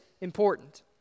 important